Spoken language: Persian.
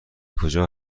کجا